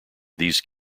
these